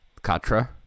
Katra